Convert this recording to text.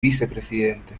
vicepresidente